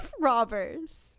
robbers